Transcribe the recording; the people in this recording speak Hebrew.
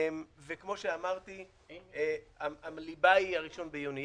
וכמו שאמרתי, הליבה היא הראשון ביוני.